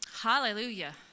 Hallelujah